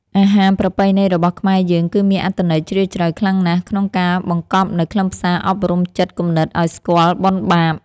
អាហារប្រពៃណីរបស់ខ្មែរយើងគឺមានអត្ថន័យជ្រាលជ្រៅខ្លាំងណាស់ក្នុងការបង្កប់នូវខ្លឹមសារអប់រំចិត្តគំនិតឱ្យស្គាល់បុណ្យបាប។